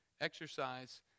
exercise